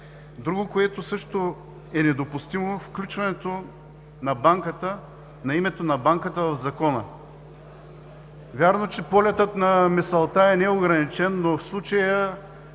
Друго, което също е недопустимо – включването на името на банката в Закона. Вярно, че полетът на мисълта е неограничен, но в случая